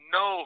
no